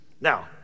now